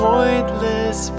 Pointless